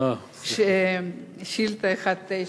שאילתא מס'